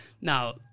Now